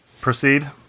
proceed